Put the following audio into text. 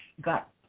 got